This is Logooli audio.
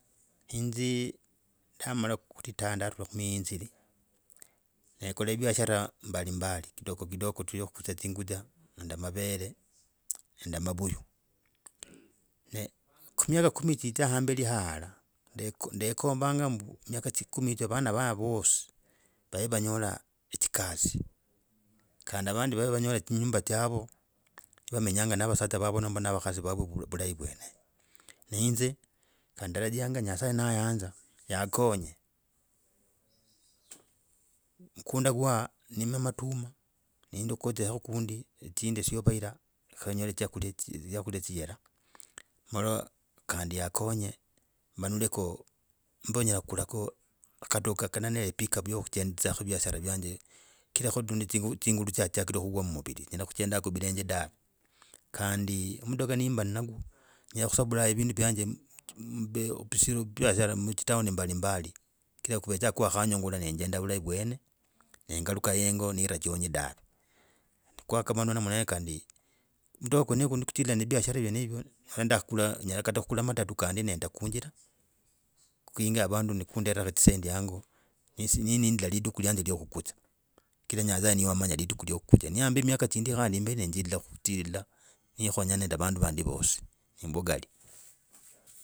Inze ndamala kulitire, ndatula ku mihinzili, nekola biashara mbalimbali, kidogo kidogo tu yakukuzya zingutsa nenda mavuyu ne kumiaka kumi chizaa hambeli yahala, nekombanga kumiaka kumi vana va vosi vave vanyola etsikari kandi vandi vave vanyola etsinyumba tsyavo ni vamenya na vasanza vavo nomba na vakhasi vavo vulahi vwene, ne inze khadarajia nyasaye na ayanza yakonye mgumda gwa nime matuma, nendi ukutsia kundi, tsindi suva yira ko enyole dzyo kulia dzi, dzia kulia kuyora, maa kandi yakonye, ndoleku, nomba nyela kukulako kaduka kanenne, pickup ya kuchendidzako biashaya vyanjakira ko, zingulu, zingulu tsiachachire khuuwa mumbili, nyola kuchenda khuvilenje dawe, khandi mudoga nemba nagwo, nyela kusubblia vindu vyanjo, mu, mube, biashara mutsitown mbalimbali, kira kuvetsaa kwakanyungula najenda vulahi vwene, nengaluka hengo nirachonyi dav, kwakamanoyo namna hio kandi, mudoga kwenoko ni kutila biashara vyenevye khe ndakhakula, nyela khuhula matati kandi ne nda kunjira, kukunga vandu ne kunderra zisendi hango ne nindla tidiku iyanje iyo kukutsa, kesa kukutsa, kira nyasaye niye wamanya lidiku iyo kukuza. Ne yamba miaka chindi khandi mbe nenzilila khutulila, nekhonyana nende vandu vandi vosi nembugali.